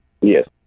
Yes